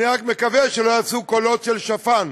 אני רק מקווה שלא יעשו קולות של שפן,